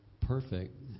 perfect